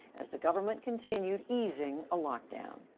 as the government continued easing a lockdown.